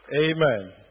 Amen